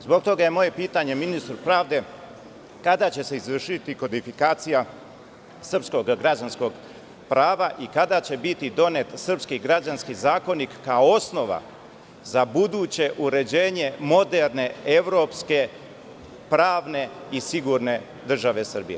Zbog toga je moje pitanje ministru pravde, kada će se izvršiti kodifikacija srpskog građanskog prava, i kada će biti donet srpski građanski zakonik, kao osnova za buduće uređenje moderne, evropske, pravne i sigurne države Srbije?